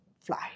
fly